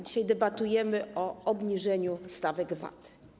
Dzisiaj debatujemy o obniżeniu stawek VAT.